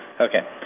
Okay